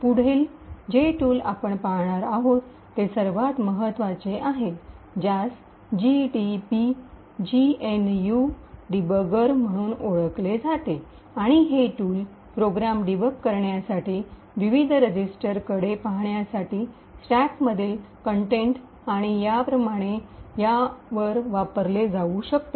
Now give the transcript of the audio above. पुढील जे टूल आपण पाहणार आहोत ते सर्वात महत्वाचे आहे ज्यास जीडीबी जीएनयू डीबगर म्हणून ओळखले जाते आणि हे टूल प्रोग्राम डीबग करण्यासाठी विविध रेजिस्टरकडे पाहण्यासाठी स्टॅकमधील कंटेनट आणि याप्रमाणे या वापरले जाऊ शकते